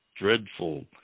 dreadful